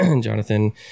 Jonathan